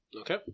Okay